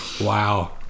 Wow